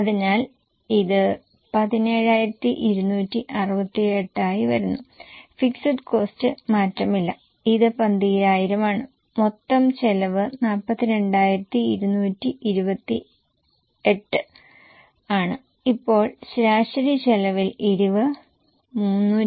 അതിനാൽ ഇത് 17268 ആയി വരുന്നു ഫിക്സഡ് കോസ്ററ് മാറ്റമില്ല ഇത് 12000 ആണ് മൊത്തം ചെലവ് 42228 ആണ് ഇപ്പോൾ ശരാശരി ചെലവിൽ ഇടിവ് 351